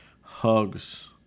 hugs